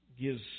gives